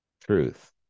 truth